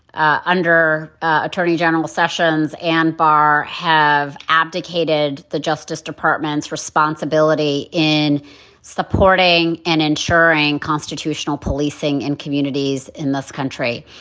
ah under attorney general sessions and barr, have abdicated the justice department's responsibility in supporting and ensuring constitutional policing in communities in this country,